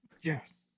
Yes